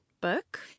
book